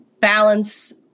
balance